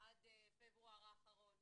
עד פברואר האחרון.